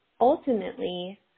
ultimately